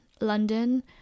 London